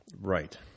right